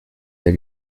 der